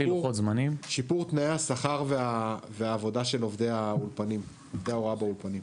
שיפור תנאי השכר והעובדה של עובדי ההוראה באולפנים.